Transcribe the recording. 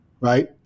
right